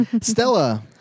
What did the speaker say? Stella